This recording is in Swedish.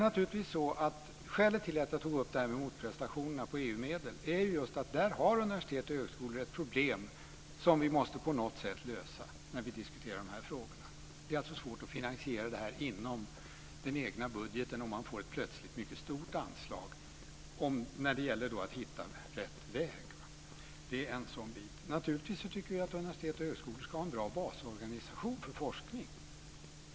Skälet till att jag tog upp detta med motprestationer i anslutning till EU-medel var att där har universitet och högskolor ett problem som vi på något sätt måste lösa. Det är alltså svårt att finansiera detta inom den egna budgeten om man plötsligt får ett mycket stort anslag. Det gäller att hitta rätt väg. Naturligtvis tycker vi att universitet och högskolor ska ha en bra basorganisation för forskning.